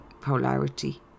polarity